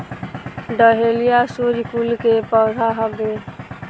dahlia सूर्यकुल के पौधा हवे